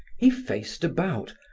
he faced about,